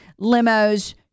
limos